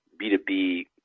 B2B